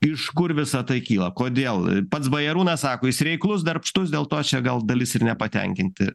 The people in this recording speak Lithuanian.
iš kur visa tai kyla kodėl pats bajarūnas sako jis reiklus darbštus dėl to čia gal dalis ir nepatenkinti